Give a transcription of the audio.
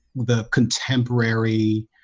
the contemporary.